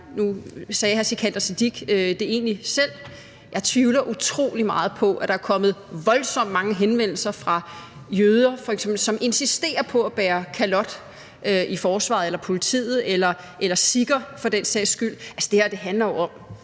nu sagde hr. Sikandar Siddique det egentlig selv – at jeg tvivler utrolig meget på, at der er kommet voldsomt mange henvendelser fra f.eks. jøder, som insisterer på at bære kalot i forsvaret eller i politiet, eller for den sags skyld fra sikher. Altså, det her handler jo om,